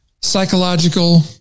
psychological